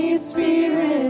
spirit